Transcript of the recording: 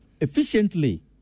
efficiently